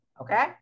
okay